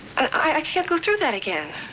i can't go through that again.